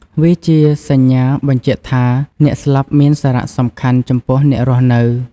វាជាសញ្ញាបញ្ជាក់ថា អ្នកស្លាប់មានសារៈសំខាន់ចំពោះអ្នករស់នៅ។